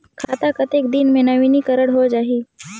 खाता कतेक दिन मे नवीनीकरण होए जाहि??